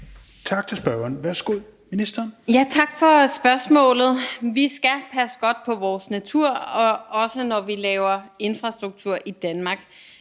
Tak for spørgsmålet. Vi skal passe godt på vores natur, også når vi laver infrastruktur i Danmark.